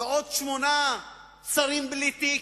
ועוד שמונה שרים בלי תיק,